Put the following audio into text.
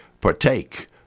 partake